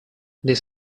this